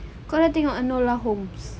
kau dah tengok enola holmes